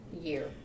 year